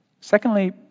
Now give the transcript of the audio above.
Secondly